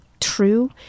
true